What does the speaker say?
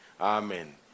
Amen